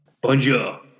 Bonjour